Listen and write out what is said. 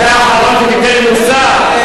אתה האחרון שתיתן לי מוסר.